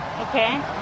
Okay